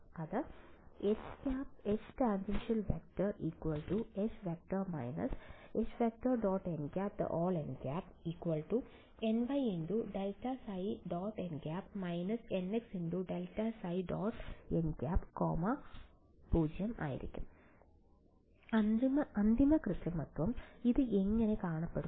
അത് H→tan H→ − H→ · nˆnˆ ny∇ϕ · nˆ − nx∇ϕ · nˆ0 അന്തിമ കൃത്രിമത്വം ഇത് എങ്ങനെ കാണപ്പെടുന്നു